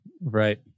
right